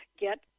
get